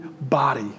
body